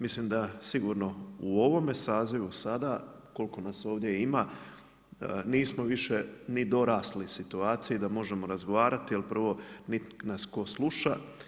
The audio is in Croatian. Mislim da sigurno u ovome sazivu sada koliko nas sada i ima, nismo više ni dorasli situaciji da možemo razgovarati, jer prvo niti nas tko sluša.